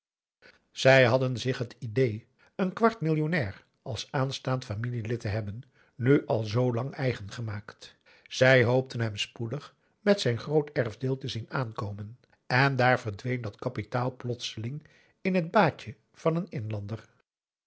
zij hadden zich het idée een kwart millionnair als aanstaand familielid te hebben nu al zlang eigen gemaakt zij hoopten hem spoedig met zijn groot erfdeel te zien aankomen en daar verdween dat kapitaal plotseling in het baadje van een inlander